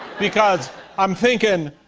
because i'm thinking,